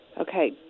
Okay